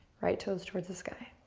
right toes towards the sky.